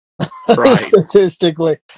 statistically